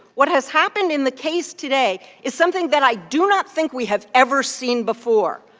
what has happened in the case today is something that i do not think we have ever seen before,